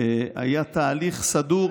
והיה תהליך סדור.